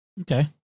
Okay